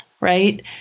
Right